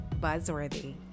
Buzzworthy